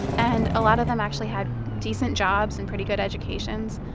and a lot of them actually had decent jobs and pretty good educations.